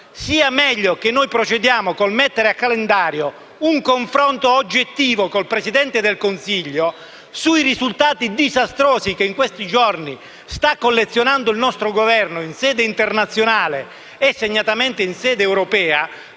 sia meglio per noi procedere mettendo in calendario un confronto oggettivo con il Presidente del Consiglio sui risultati disastrosi che in questi giorni il nostro Governo sta collezionando in sede internazionale e segnatamente in sede europea,